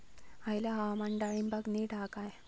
हयला हवामान डाळींबाक नीट हा काय?